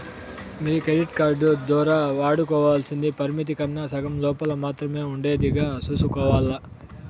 మీ credit card దోరా వాడుకోవల్సింది పరిమితి కన్నా సగం లోపల మాత్రమే ఉండేదిగా సూసుకోవాల్ల